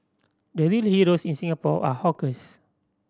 the real heroes in Singapore are hawkers